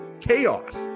Chaos